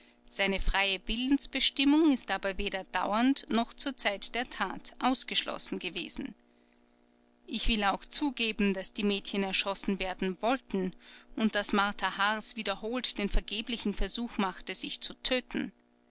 seine freie willensbestimmung ist aber weder dauernd noch zur zeit der tat ausgeschlossen gewesen ich will auch zugeben daß die mädchen erschossen werden wollten und daß martha haars wiederholt den vergeblichen versuch machte sich zu töten